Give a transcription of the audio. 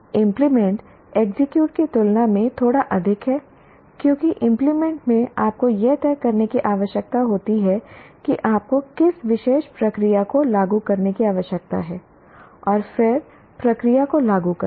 implement execute की तुलना में थोड़ा अधिक है क्योंकि इंप्लीमेंट में आपको यह तय करने की आवश्यकता होती है कि आपको किस विशेष प्रक्रिया को लागू करने की आवश्यकता है और फिर प्रक्रिया को लागू करें